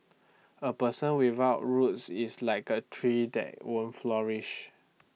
A person without roots is like A tree that won't flourish